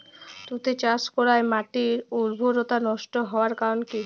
তুতে চাষ করাই মাটির উর্বরতা নষ্ট হওয়ার কারণ কি?